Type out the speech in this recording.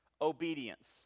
obedience